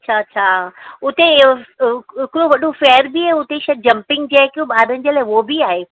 अछा अछा उते इहो हिकिड़ो वॾो फेयर बि हुते शायदि जंपिंग जेकि ॿारनि जे लाइ हो बि आहे